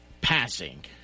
passing